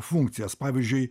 funkcijas pavyzdžiui